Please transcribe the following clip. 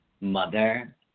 Mother